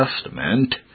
Testament